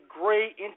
great